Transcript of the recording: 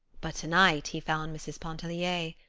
but to-night he found mrs. pontellier.